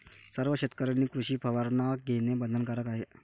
सर्व शेतकऱ्यांनी कृषी परवाना घेणे बंधनकारक आहे